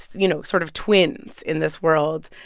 you know, sort of twins in this world.